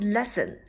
Lesson